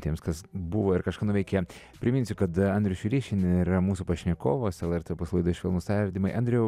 tiems kas buvo ir kažką nuveikė priminsiu kad andrius šiurys šiandien yra mūsų pašnekovas lrt opus laidai švelnūs tardymai andriau